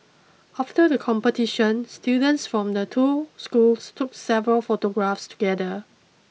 after the competition students from the two schools took several photographs together